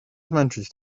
zmęczyć